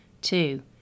Two